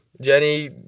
Jenny